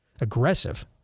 Aggressive